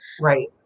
Right